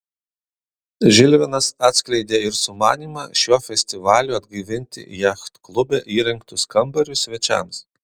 žilvinas atskleidė ir sumanymą šiuo festivaliu atgaivinti jachtklube įrengtus kambarius svečiams